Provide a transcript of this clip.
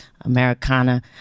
Americana